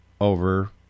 over